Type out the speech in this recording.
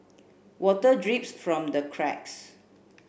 water drips from the cracks